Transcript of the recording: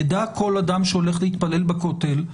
ידע כל אדם שהולך להתפלל בכותל,